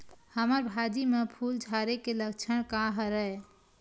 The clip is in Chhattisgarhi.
हमर भाजी म फूल झारे के लक्षण का हरय?